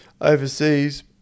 overseas